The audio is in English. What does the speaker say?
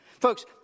Folks